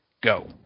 go